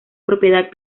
propiedad